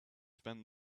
spent